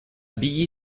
billy